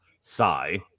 Sigh